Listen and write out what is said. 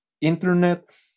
internet